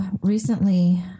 recently